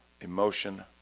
emotion